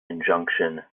injunction